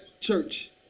church